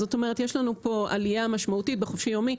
זאת אומרת, יש לנו פה עלייה משמעותית בחופשי-יומי.